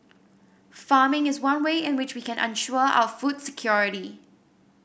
farming is one way in which we can ensure our food security